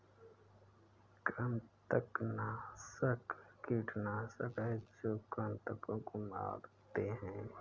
कृंतकनाशक कीटनाशक हैं जो कृन्तकों को मारते हैं